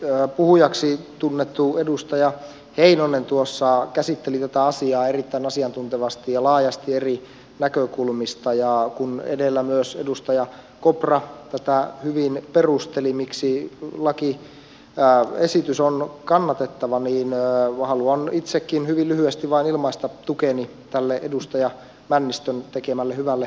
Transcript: taitavana puhujana tunnettu edustaja heinonen käsitteli tätä asiaa erittäin asiantuntevasti ja laajasti eri näkökulmista ja kun edellä myös edustaja kopra tätä hyvin perusteli miksi lakiesitys on kannatettava niin haluan itsekin hyvin lyhyesti vain ilmaista tukeni tälle edustaja männistön tekemälle hyvälle aloitteelle